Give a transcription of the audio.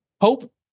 hope